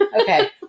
Okay